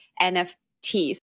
NFTs